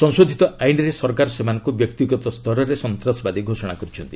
ସଂଶୋଧିତ ଆଇନ୍ରେ ସରକାର ସେମାନଙ୍କୁ ବ୍ୟକ୍ତିଗତ ସ୍ତରରେ ସନ୍ତାସବାଦୀ ଘୋଷଣା କରିଛନ୍ତି